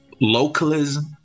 localism